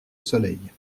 soleil